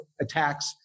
attacks